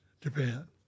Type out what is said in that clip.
Japan